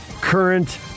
current